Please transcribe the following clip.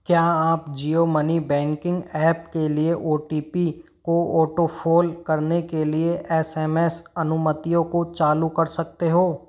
क्या आप Jio money banking app के लिए ओ टी पी को ऑटोफ़ौल करने के लिए एस एम एस अनुमतियों को चालू कर सकते हो